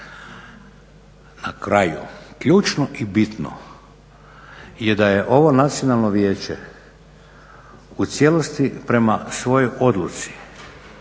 Na kraju, ključno i bitno je da je ovo Nacionalno vijeće u cijelosti prema svojoj odluci,